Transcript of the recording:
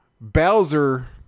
Bowser